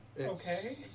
okay